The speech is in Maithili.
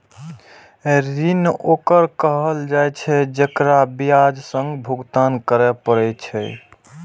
ऋण ओकरा कहल जाइ छै, जेकरा ब्याजक संग भुगतान करय पड़ै छै